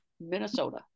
Minnesota